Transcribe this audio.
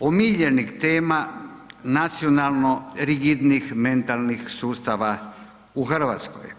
omiljenih tema nacionalno rigidnih mentalnih sustava u hrvatskoj.